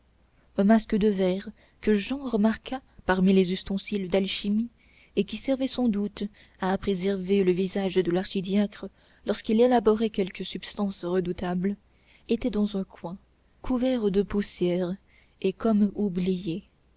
un masque de verre que jehan remarqua parmi les ustensiles d'alchimie et qui servait sans doute à préserver le visage de l'archidiacre lorsqu'il élaborait quelque substance redoutable était dans un coin couvert de poussière et comme oublié